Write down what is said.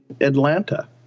Atlanta